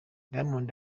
diamond